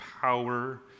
power